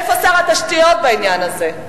איפה שר התשתיות בעניין הזה?